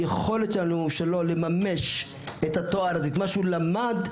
וסובלנות לתהליך למידה כפול, שפה ולימוד.